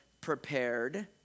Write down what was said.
prepared